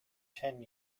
ten